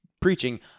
preaching